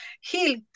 heal